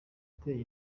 twateye